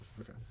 Okay